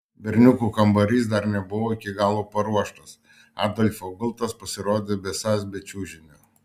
berniukų kambarys dar nebuvo iki galo paruoštas adolfo gultas pasirodė besąs be čiužinio